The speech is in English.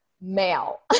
male